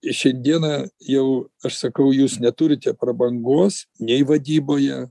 ir šiandieną jau aš sakau jūs neturite prabangos nei vadyboje